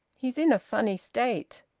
he's in a funny state.